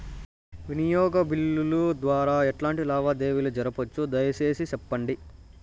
వినియోగ బిల్లుల ద్వారా ఎట్లాంటి లావాదేవీలు జరపొచ్చు, దయసేసి సెప్పండి?